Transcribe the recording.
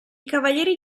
cavalieri